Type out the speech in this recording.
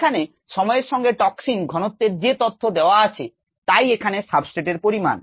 এখানে সময় এর সঙ্গে টক্সিন ঘনত্বের যে তথ্য দেওয়া আছে তাই এখানে সাবস্ট্রেট এর পরিমান